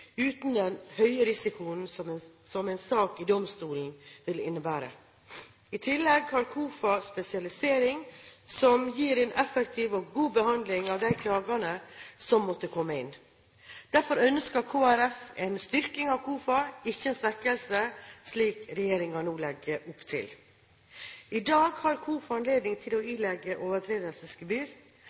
uten den høye risikoen som en sak i domstolen vil innebære. I tillegg har KOFA spesialisering som gir en effektiv og god behandling av de klagene som måtte komme inn. Derfor ønsker Kristelig Folkeparti en styrking av KOFA, ikke en svekkelse, slik regjeringen nå legger opp til. I dag har KOFA anledning til å ilegge overtredelsesgebyr.